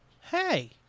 Hey